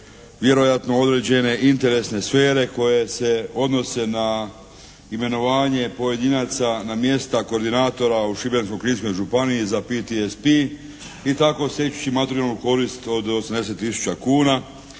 vjerojatno određene interesne sfere koje se odnose na imenovanje pojedinaca na mjesta koordinatora u Šibensko-kninskoj županiji za PTSP. I tako stječući materijalnu korist od 80 tisuća kuna.